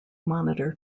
monitor